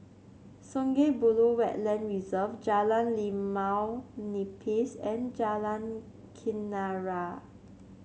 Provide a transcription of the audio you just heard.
Sungei Buloh Wetland Reserve Jalan Limau Nipis and Jalan Kenarah